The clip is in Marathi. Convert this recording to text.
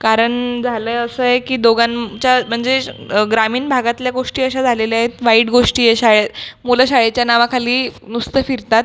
कारण झालं असं आहे की दोघांच्या म्हणजे श ग्रामीण भागातल्या गोष्टी अशा झालेल्या आहेत वाईट गोष्टी आहेत शाळेत मुलं शाळेच्या नावाखाली नुसतं फिरतात